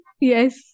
Yes